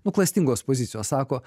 nu klastingos pozicijos sako